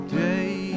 day